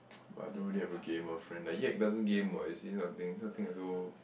but I don't have a gamer friend like yet doesn't game what you see this kind of thing this kind of thing also